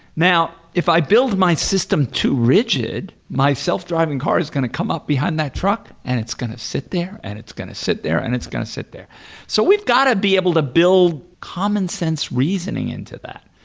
now if i build my system too rigid, my self-driving car is going to come up behind that truck and it's going to sit there and it's going to sit there and it's going to sit there so we've got to be able to build common-sense reasoning into that.